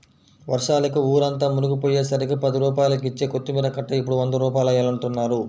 వర్షాలకి ఊరంతా మునిగిపొయ్యేసరికి పది రూపాయలకిచ్చే కొత్తిమీర కట్ట ఇప్పుడు వంద రూపాయలంటన్నారు